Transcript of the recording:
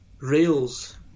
rails